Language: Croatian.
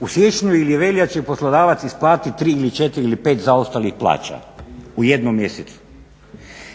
u siječnju ili veljači poslodavac isplati 3 ili 4 ili 5 zaostalih plaća u jednom mjesecu